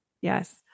yes